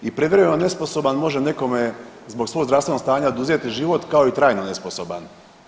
I privremeno nesposoban može nekome zbog svog zdravstvenog stanja oduzeti život kao i trajno nesposoban.